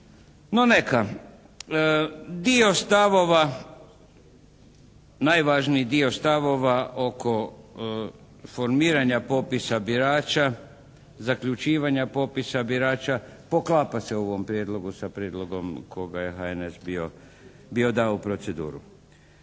No, neka. Dio stavova, najvažniji dio stavova oko formiranja popisa birača, zaključivanja popisa birača poklapa se u ovom prijedlogu sa prijedlogom koga je HNS bio dao u proceduru.